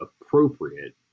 appropriate